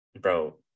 Bro